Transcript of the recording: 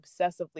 obsessively